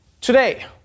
Today